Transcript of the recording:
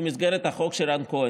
במסגרת החוק של רן כהן.